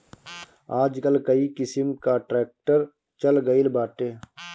आजकल कई किसिम कअ ट्रैक्टर चल गइल बाटे